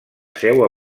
seua